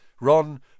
Ron